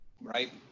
Right